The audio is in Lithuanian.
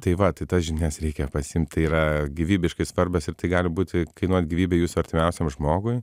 tai va tai tas žinias reikia pasiimti yra gyvybiškai svarbios ir tai gali būti kainuot gyvybę jūsų artimiausiam žmogui